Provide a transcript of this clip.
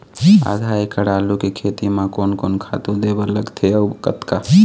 आधा एकड़ आलू के खेती म कोन कोन खातू दे बर लगथे अऊ कतका?